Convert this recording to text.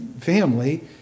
family